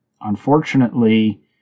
unfortunately